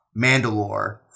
Mandalore